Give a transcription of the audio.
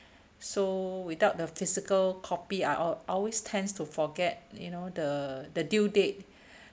so without the physical copy I'll a~ always tends to forget you know the the due date